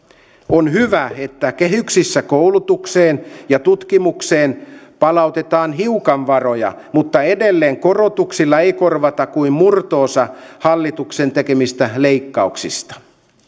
on hyvä että kehyksissä koulutukseen ja tutkimukseen palautetaan hiukan varoja mutta edelleen korotuksilla ei korvata kuin murto osa hallituksen tekemistä leikkauksista